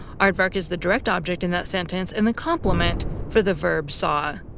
aardvark is the direct object in that sentence and the complement for the verb saw.